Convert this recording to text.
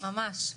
ממש,